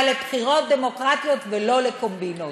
אבל לבחירות דמוקרטיות ולא לקומבינות.